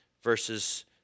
Verses